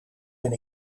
ben